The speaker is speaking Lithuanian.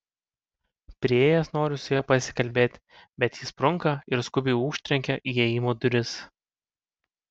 priėjęs noriu su ja pasikalbėti bet ji sprunka ir skubiai užtrenkia įėjimo duris